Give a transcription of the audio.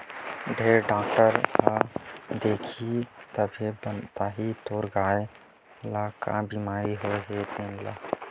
ढ़ोर डॉक्टर ह देखही तभे बताही तोर गाय ल का बिमारी होय हे तेन ल